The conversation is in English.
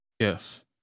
Yes